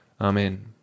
Amen